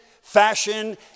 fashion